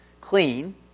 clean